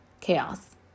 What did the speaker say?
chaos